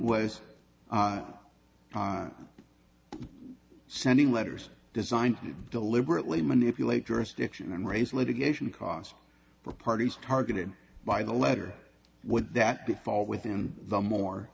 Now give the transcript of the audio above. was sending letters designed to deliberately manipulate jurisdiction and raise litigation costs for parties targeted by the letter would that be fall within the more